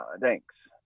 thanks